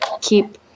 keep